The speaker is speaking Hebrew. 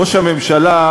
ראש הממשלה,